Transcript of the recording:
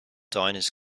diners